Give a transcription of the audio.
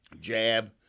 jab